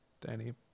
Danny